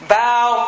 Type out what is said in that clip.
bow